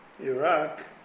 Iraq